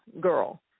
girl